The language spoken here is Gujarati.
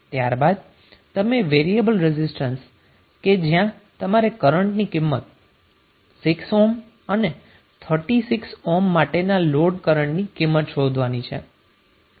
ત્યારબાદ તમે વેરીએબલ રેઝિસ્ટન્સ કે જ્યાં તમારે કરન્ટ ની કિંમત 6 ઓહ્મ તથા 36 ઓહ્મ માટે લોડ કરન્ટ ની કિંમત શોધવાની છે